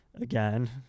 again